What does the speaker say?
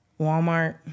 walmart